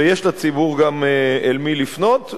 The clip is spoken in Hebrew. ויש לציבור גם למי לפנות.